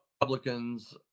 Republicans